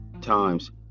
times